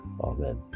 Amen